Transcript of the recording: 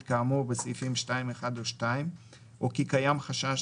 כאמור בסעיף 2(1) או (2) או כי קיים חשש